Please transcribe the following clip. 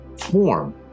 form